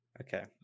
Okay